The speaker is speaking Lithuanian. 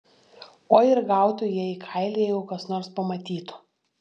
oi ir gautų jie į kailį jeigu kas nors pamatytų